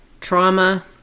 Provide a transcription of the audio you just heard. trauma